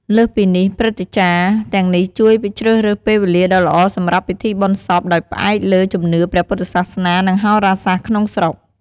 លើសពីនេះ ព្រឹទ្ធាចារ្យទាំងនេះជួយជ្រើសរើសពេលវេលាដ៏ល្អសម្រាប់ពិធីបុណ្យសព ដោយផ្អែកលើជំនឿព្រះពុទ្ធសាសនា និងហោរាសាស្រ្តក្នុងស្រុក។